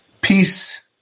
Peace